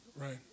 Right